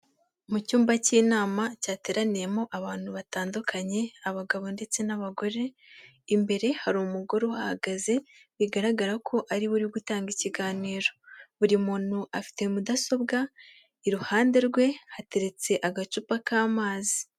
Mu cyumba cy'inama cyateraniyemo abantu batandukanye abagabo ndetse n'abagore, imbere hari umugore uhahagaze bigaragara ko ari we uri gutanga ikiganiro, buri muntu afite mudasobwa, iruhande rwe hateretse agacupa k'amazi.